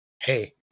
hey